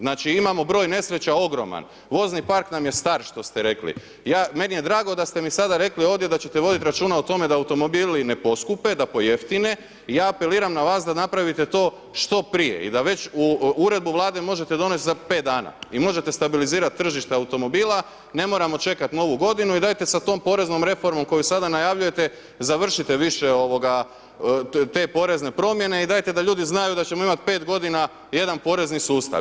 Znači imamo broj nesreća ogroman, vozni park nam je star što ste rekli, meni je drago da ste mi sada rekli ovdje da ćete voditi račun o tome da automobili ne poskupe, da pojeftine, ja apeliram na vas da napravite to što prije i da već uredbu Vlade možete donest za 5 dana i možete stabilizirat tržište automobila, ne moramo čekat Novu godinu i dajte sa tom poreznom reformom koju sada najavljujete završite više te porezne promjene i dajte da ljudi znaju da ćemo imati 5 g. jedan porezni sustav.